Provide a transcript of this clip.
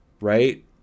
right